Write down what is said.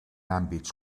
àmbits